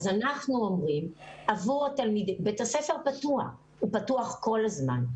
אז אנחנו אומרים שבית הספר פתוח כל הזמן.